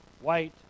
white